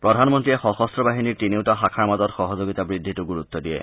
প্ৰধান মন্ত্ৰীয়ে সশস্ত্ৰ বাহিনীৰ তিনিওটা শাখাৰ মাজত সহযোগিতা বুদ্ধিতো গুৰুত্ব দিয়ে